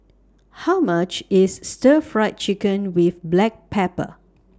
How much IS Stir Fried Chicken with Black Pepper